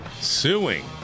suing